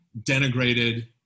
denigrated